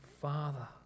father